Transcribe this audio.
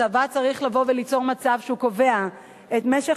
הצבא צריך לבוא וליצור מצב שהוא קובע את משך